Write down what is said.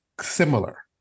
similar